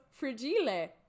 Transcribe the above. Frigile